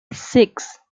six